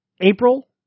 april